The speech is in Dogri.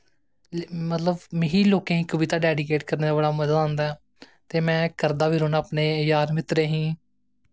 मतलब मिगी लोकें गी कविता डैडिकेट करने दा बड़ा मजा आंदा ते में करदा बी रौह्न्ना अपने यार मित्तरें गी